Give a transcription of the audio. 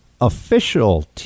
official